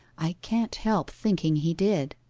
i can't help thinking he did,